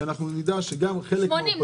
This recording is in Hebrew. שאנחנו נדע שגם חלק מהאופוזיציה --- 80,